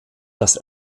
das